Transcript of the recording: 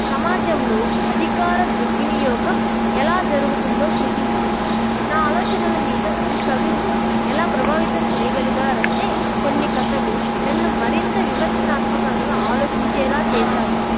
సమాజంలో అధికార దుర్వినియోగం ఎలా జరుగుతుందో చూపించింది నా ఆలోచనల మీద ఈ కవులు ఎలా ప్రభావితం చెయ్యగలిగారంటే కొన్ని కథలు నన్ను మరింత విమర్శనాత్మకంగా ఆలోచించేలా చేశాయి